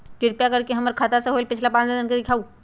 कृपा कर के हमर खाता से होयल पिछला पांच लेनदेन दिखाउ